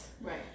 Right